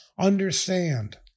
understand